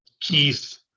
keith